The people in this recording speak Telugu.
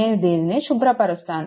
నేను దీనిని శుభ్రపరుస్తాను